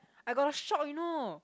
I got a shock you know